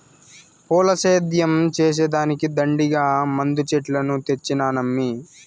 పూల సేద్యం చేసే దానికి దండిగా మందు చెట్లను తెచ్చినానమ్మీ